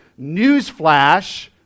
newsflash